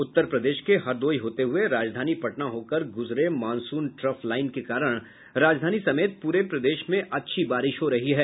उत्तर प्रदेश के हरदोई होते हुये राजधानी पटना होकर गुजरे मॉनसून ट्रफ लाईन के कारण राजधानी समेत पूरे प्रदेश में अच्छी बारिश हो रही है